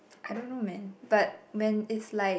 I don't know man but when is like